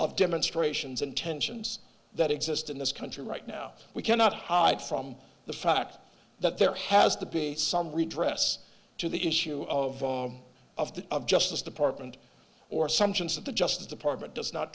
of demonstrations and tensions that exist in this country right now we cannot hide from the fact that there has to be some redress to the issue of of the of justice department or some sense that the justice department does not